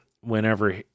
whenever